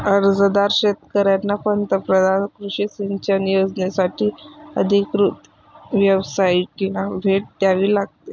अर्जदार शेतकऱ्यांना पंतप्रधान कृषी सिंचन योजनासाठी अधिकृत वेबसाइटला भेट द्यावी लागेल